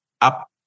up